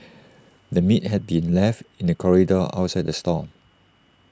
the meat had been left in the corridor outside the stall